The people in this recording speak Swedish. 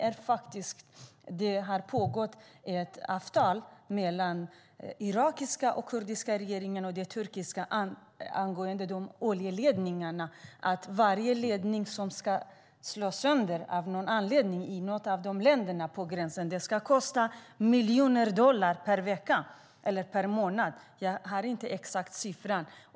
Då framkom att det har ingåtts ett avtal mellan den irakiska kurdiska regeringen och den turkiska angående oljeledningarna. Om någon ledning på gränsen mellan länderna slås sönder av någon anledning ska det kosta många miljoner dollar per vecka eller månad - jag har inte den exakta siffran.